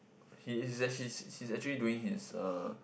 he is actually he's actually doing his uh